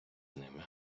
ними